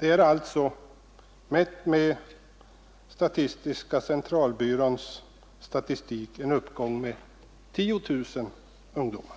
000. Enligt statistiska centralbyråns statistik är det alltså en uppgång med 10 000 ungdomar.